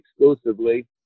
exclusively